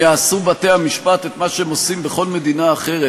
אם בתי-המשפט יעשו מה שהם עושים בכל מדינה אחרת,